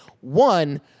One